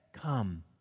come